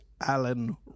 Alan